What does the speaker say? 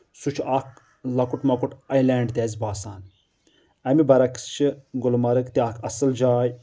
سُہ چھُ اکھ لۄکُٹ مۄکُٹ آیلینٛڈ تہِ اَسہِ باسان اَمہِ برکس چھِ گُلمرگ تہِ اکھ اَصٕل جاے